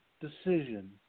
decision